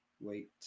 Wait